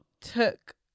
took